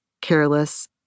Careless